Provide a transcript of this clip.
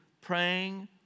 praying